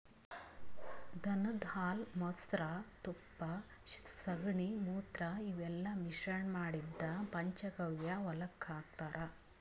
ದನದ್ ಹಾಲ್ ಮೊಸ್ರಾ ತುಪ್ಪ ಸಗಣಿ ಮೂತ್ರ ಇವೆಲ್ಲಾ ಮಿಶ್ರಣ್ ಮಾಡಿದ್ದ್ ಪಂಚಗವ್ಯ ಹೊಲಕ್ಕ್ ಹಾಕ್ತಾರ್